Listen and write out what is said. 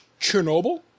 Chernobyl